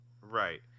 Right